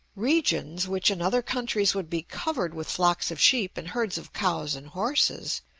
regions, which in other countries would be covered with flocks of sheep and herds of cows and horses,